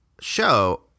show